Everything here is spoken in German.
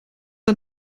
ein